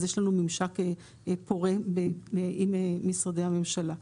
אז יש לנו ממשק פורה עם משרדי הממשלה.